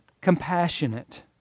Compassionate